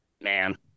Man